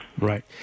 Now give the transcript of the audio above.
Right